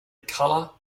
color